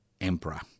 emperor